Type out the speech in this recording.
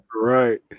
Right